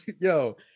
yo